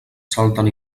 salten